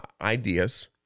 ideas